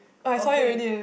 okay